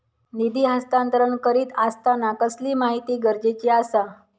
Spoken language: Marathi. निधी हस्तांतरण करीत आसताना कसली माहिती गरजेची आसा?